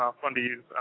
fun-to-use